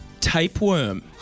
Tapeworm